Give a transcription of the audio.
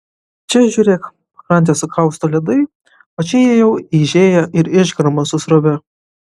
čia žiūrėk pakrantę sukausto ledai o čia jie jau eižėja ir išgarma su srove